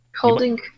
Holding